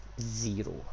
zero